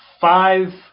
five